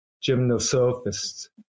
Gymnosophists